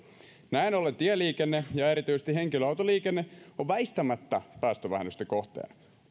autoista näin ollen tieliikenne ja erityisesti henkilöautoliikenne on väistämättä päästövähennysten kohteena